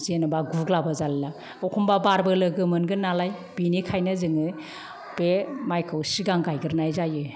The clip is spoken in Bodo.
जेन'बा गुग्लाबो जाला एखनब्ला बारबो लोगो मोनगोन नालाय बेनिखायनो जोङो बे माइखौ सिगां गायग्रोनाय जायो